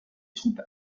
troupes